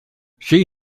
she